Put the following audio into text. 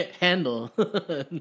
handle